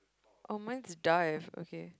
oh mine is dive okay